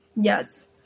Yes